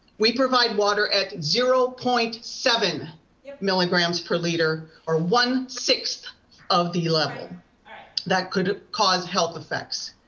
we provide water at zero point seven milligrams per liter or one sixth of the level that could cause health effects.